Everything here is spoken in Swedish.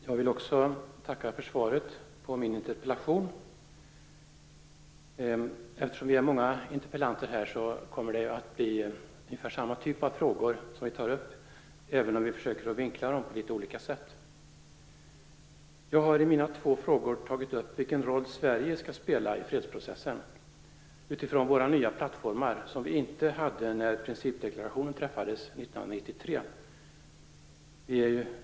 Fru talman! Jag vill tacka för svaret på min interpellation. Eftersom vi är många interpellanter blir det ungefär samma typ av frågor som tas upp, även om vi försöker vinkla frågorna på litet olika sätt. I mina två frågor undrar jag vilken roll Sverige skall spela i fredsprocessen utifrån våra nya plattformar, som vi ju inte hade då principdeklarationen antogs 1993.